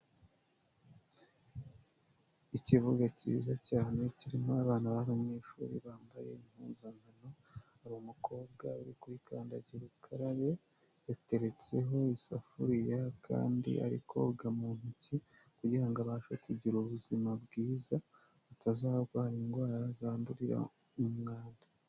Ikibuga cyiza cyane kirimo abana b'abanyeshuri bambaye impuzankano, hari umukobwa uri kuri kandagira ukarabe, yateretseho isafuriya kandi ari koga mu ntoki kugira ngo abashe kugira ubuzima bwiza atazarwara indwara zandurira mu mwanda.